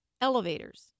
elevators